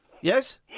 Yes